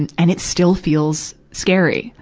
and and it still feels scary.